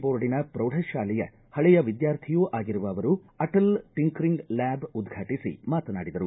ಬೋರ್ಡಿನ ಪ್ರೌಢ ಶಾಲೆಯ ಹಳೆಯ ವಿದ್ಯಾರ್ಥಿಯೂ ಆಗಿರುವ ಅವರು ಅಟಲ್ ಟಂಕರಿಂಗ್ ಲ್ಯಾಬ್ ಉದ್ಘಾಟಿಸಿ ಮಾತನಾಡಿದರು